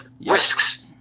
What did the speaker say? risks